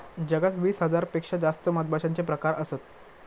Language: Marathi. जगात वीस हजार पेक्षा जास्त मधमाश्यांचे प्रकार असत